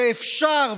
ואפשר,